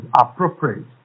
appropriate